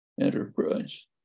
enterprise